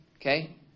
okay